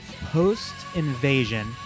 post-invasion